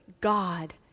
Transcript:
God